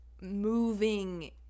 moving